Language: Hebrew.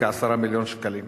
הוא כ-10 מיליון שקלים.